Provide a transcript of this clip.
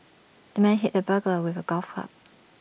the man hit the burglar with A golf club